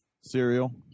Cereal